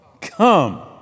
come